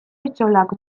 etxolak